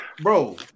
Bro